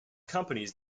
companies